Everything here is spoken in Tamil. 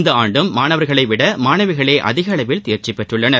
இந்த ஆண்டும் மாணவர்களை விட மாணவிகளே அதிக அளவில் தேர்ச்சி பெற்றுள்ளனர்